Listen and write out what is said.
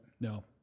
No